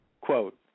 Quote